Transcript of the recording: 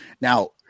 Now